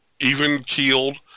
even-keeled